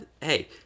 Hey